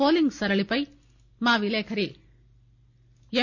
polling సరళిపై మా విలేకరి ఎమ్